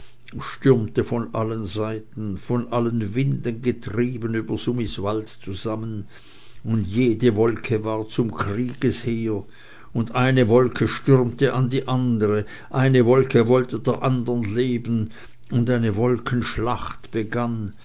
stürmte von allen seiten von allen winden getrieben über sumiswald zusammen und jede wolke ward zum kriegesheer und eine wolke stürmte an die andere eine wolke wollte der andern leben und eine wolkenschlacht begann